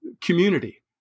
community